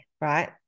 right